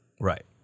right